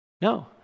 No